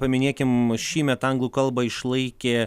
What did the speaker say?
paminėkim šįmet anglų kalbą išlaikė